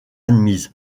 admises